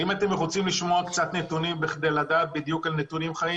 האם אתם רוצים לשמוע נתוני גבייה כדי לדעת קצת על נתונים חיים?